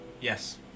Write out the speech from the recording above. Yes